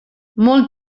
molt